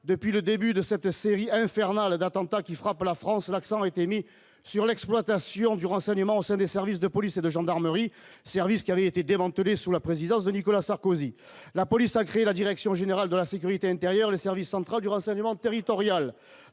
depuis le début de cette série infernale d'attentats qui frappent la France et l'accent a été mis sur l'exploitation du renseignement au sein des services de police et de gendarmerie services qui avait été démantelée sous la présidence de Nicolas Sarkozy, la police a créé la direction générale de la sécurité intérieure, les services central du renseignement territorial,